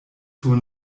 sur